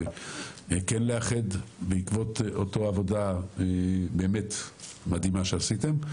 כן לאחד בעקבות אותה עבודה באמת מדהימה שעשיתם.